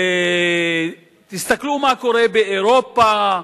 תסתכלו מה קורה באירופה,